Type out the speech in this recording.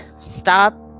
stop